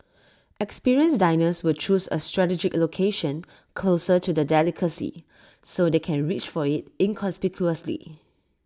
experienced diners will choose A strategic location closer to the delicacy so they can reach for IT inconspicuously